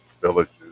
villages